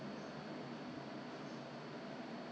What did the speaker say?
冲了凉 I think 有点 wet 的时候 ah